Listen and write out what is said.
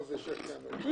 מה זה שייח' כאמל?